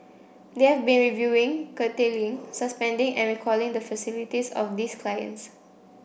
they have been reviewing curtailing suspending and recalling the facilities of these clients